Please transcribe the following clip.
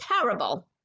terrible